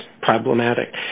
problematic